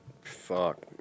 fuck